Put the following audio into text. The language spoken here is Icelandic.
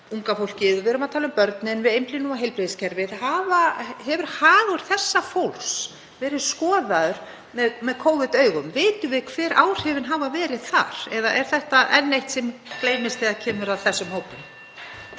unga fólkið, við erum að tala um börnin, við einblínum á heilbrigðiskerfið, en hefur hagur þessa fólks verið skoðaður með Covid-augum? Vitum við hver áhrifin hafa verið þar? Eða er þetta enn eitt sem gleymist þegar kemur að þessum hópi?